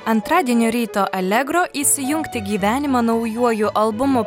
antradienio ryto allegro įsijungti gyvenimą naujuoju albumu